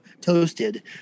toasted